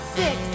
six